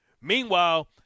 Meanwhile